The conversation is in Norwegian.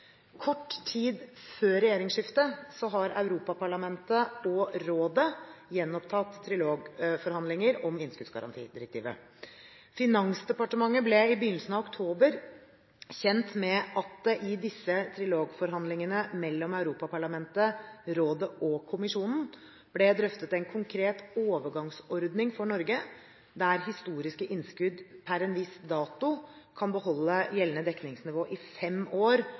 Kort tid før regjeringsskiftet har Europaparlamentet og rådet gjenopptatt trilogforhandlinger om innskuddsgarantidirektivet. Finansdepartementet ble i begynnelsen av oktober kjent med at det i disse trilogforhandlingene mellom Europaparlamentet, rådet og kommisjonen ble drøftet en konkret overgangsordning for Norge der historiske innskudd per en viss dato kan beholde gjeldende dekningsnivå i fem år